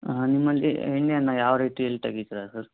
ಹಾಂ ನಿಮ್ಮಲ್ಲಿ ಎಣ್ಣೆಯನ್ನು ಯಾವ ರೀತಿಯಲ್ಲಿ ತೆಗಿತೀರ ಸರ್